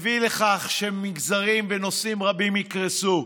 מביא לכך שמגזרים ונושאים רבים יקרסו,